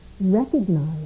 recognize